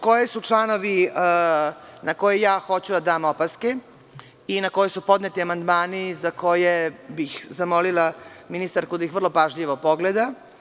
Koji su članovi na koje ja hoću da dam opaske i na koje su podneti amandmani za koje bih zamolila ministarku da ih vrlo pažljivo pogleda?